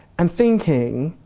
and thinking,